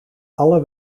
alle